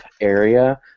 area